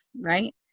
right